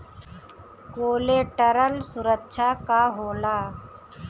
Collateral सुरक्षा का होला?